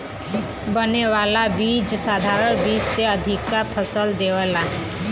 बने वाला बीज साधारण बीज से अधिका फसल देवेला